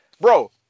bro